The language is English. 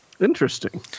Interesting